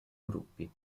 gruppi